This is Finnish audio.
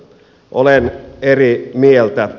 olen eri mieltä